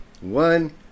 One